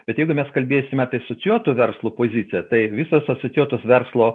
bet jeigu mes kalbėsim apie asocijuoto verslo poziciją tai visos asocijuotos verslo